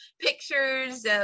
pictures